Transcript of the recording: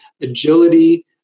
agility